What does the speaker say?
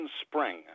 Spring